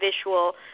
visual